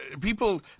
people